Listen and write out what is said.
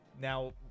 Now